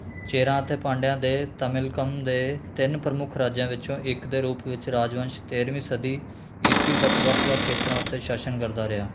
ਚੇਰਾ ਅਤੇ ਪਾਂਡਿਆ ਦੇ ਨਾਲ ਤਮਿਲਕਮ ਦੇ ਤਿੰਨ ਪ੍ਰਮੁੱਖ ਰਾਜਿਆਂ ਵਿੱਚੋਂ ਇੱਕ ਦੇ ਰੂਪ ਵਿੱਚ ਰਾਜਵੰਸ਼ ਤੇਰ੍ਹਵੀਂ ਈਸਵੀ ਤੱਕ ਵੱਖ ਵੱਖ ਖੇਤਰਾਂ ਉੱਤੇ ਸ਼ਾਸ਼ਨ ਕਰਦਾ ਰਿਹਾ